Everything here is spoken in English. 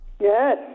Yes